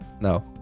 No